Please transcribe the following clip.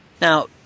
Now